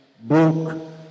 book